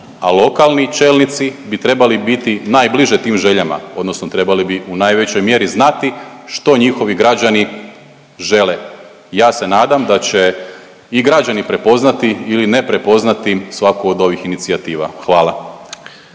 a lokalni čelnici bi trebali biti najbliže tim željama odnosno trebali bi u najvećoj mjeri znati što njihovi građani žele. Ja se nadam da će i građani prepoznati ili ne prepoznati svaku od ovih inicijativa. Hvala.